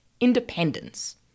independence